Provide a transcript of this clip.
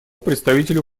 представителю